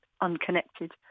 unconnected